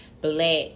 black